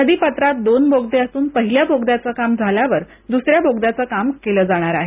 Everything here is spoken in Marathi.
नदी पात्रात दोन बोगदे असून पाहिल्या बोगद्याच कामं झाल्यावर दूसऱ्या बोगद्याच काम केलं जाणार आहे